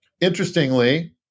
Interestingly